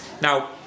Now